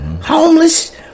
Homeless